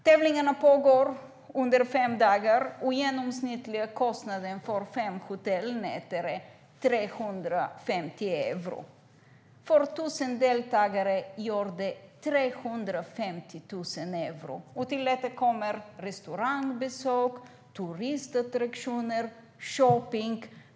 Tävlingarna pågår under fem dagar. Den genomsnittliga hotellkostnaden för fem nätter är 350 euro. För 1 000 deltagare gör det 350 000 euro. Till detta kommer restaurangbesök, turistattraktioner och shopping.